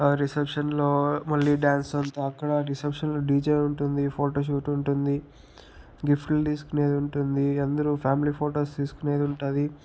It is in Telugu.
రిసెప్షన్లో మళ్ళీ డ్యాన్స్ అంతా అక్కడ రిసెప్షన్లో డీజే ఉంటుంది ఫోటోషూట్ ఉంటుంది గిఫ్ట్లు తీసుకునేది ఉంటుంది అందరూ ఫ్యామిలీ ఫొటోస్ తీసుకునేది ఉంటుంది